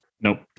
Nope